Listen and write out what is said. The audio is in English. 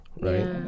right